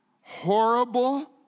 horrible